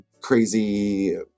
Crazy